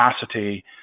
capacity